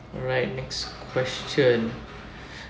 alright next question